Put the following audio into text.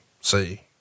see